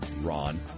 Ron